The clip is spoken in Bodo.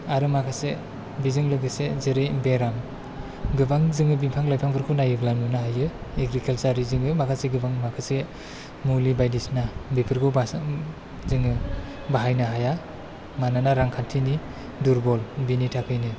आरो माखासे बेजों लोगोसे जेरै बेराम गोबां जोङो बिफां लाइफोरखौ नायोब्ला नुनो हायो एग्रिकालसारि जोङो माखासे मुलि बायदिसिना बेफोरखौ बा जों जोङो बाहायनो हाया मानोना रांखान्थिनि दुरबल बेनि थाखायनो